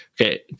okay